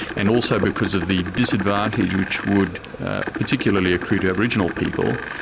and also because of the disadvantage which would particularly accrue to aboriginal people,